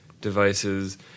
devices